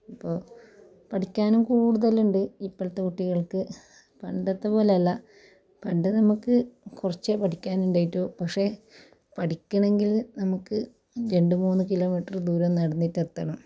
അപ്പോൾ പഠിക്കാനും കൂടുതലുണ്ട് ഇപ്പളത്തെ കുട്ടികൾക്ക് പണ്ടത്തെ പോലെ അല്ല പണ്ട് നമുക്ക് കുറച്ചേ പഠിക്കാനിണ്ടായിട്ടു പക്ഷേ പഠിക്കണെങ്കിൽ നമുക്ക് രണ്ട് മൂന്ന് കിലോമീറ്ററ് ദൂരം നടന്നിട്ട് എത്തണം